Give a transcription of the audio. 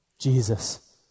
Jesus